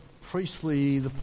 priestly